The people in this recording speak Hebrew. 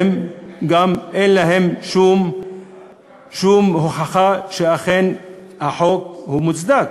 גם להן אין שום הוכחה שאכן החוק מוצדק.